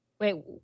Wait